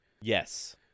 Yes